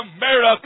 America